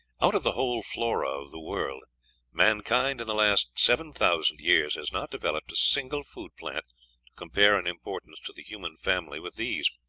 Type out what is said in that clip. out of the whole flora of the world mankind in the last seven thousand years has not developed a single food-plant to compare in importance to the human family with these.